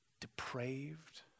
depraved